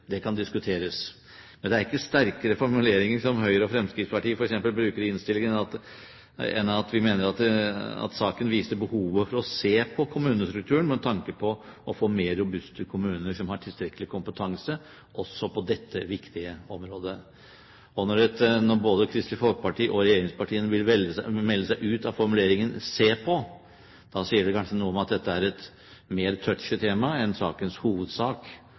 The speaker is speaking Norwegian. kan diskuteres. Men det er ikke sterkere formuleringer som Høyre og Fremskrittspartiet, f.eks., bruker i innstillingen, enn at vi mener at saken viser «behovet for å se på kommunestrukturen med tanke på å få mer robuste kommuner som har tilstrekkelig kompetanse på dette viktige området». Når både Kristelig Folkeparti og regjeringspartiene vil melde seg ut av formuleringen «se på», sier vel det kanskje noe om at dette er et mer «touchy» tema enn sakens hovedsak: